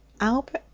Albert